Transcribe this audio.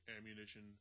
ammunition